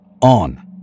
on